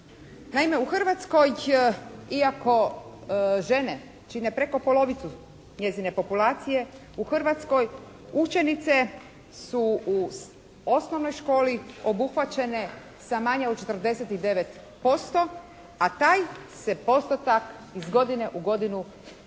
Naime u Hrvatskoj iako žene čine preko polovicu njezine populacije, u Hrvatskoj učenice su u osnovnoj školi obuhvaćene sa manje od 49%, a taj se postotak iz godine u godinu